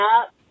up